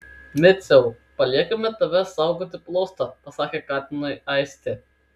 miciau paliekame tave saugoti plaustą pasakė katinui aistė